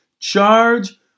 Charge